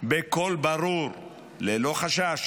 בקול ברור ללא חשש